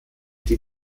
die